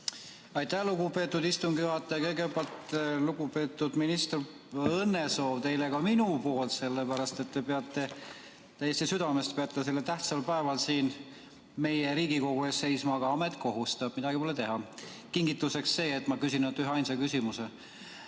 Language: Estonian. Aitäh, lugupeetud istungi juhataja! Kõigepealt, lugupeetud minister, õnnesoov teile ka minult, sellepärast et te peate, täiesti südamest ütlen, sellel tähtsal päeval siin Riigikogu ees seisma. Aga amet kohustab, midagi pole teha. Kingituseks see, et ma küsin ainult üheainsa küsimuse.